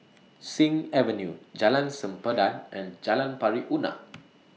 Sing Avenue Jalan Sempadan and Jalan Pari Unak